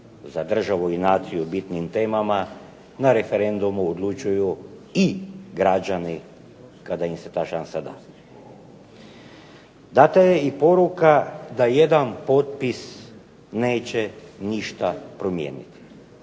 za državu i naciju bitnim temama na referendumu odlučuju i građani kada im se ta šansa da. Data je i poruka da jedan potpis neće ništa promijeniti.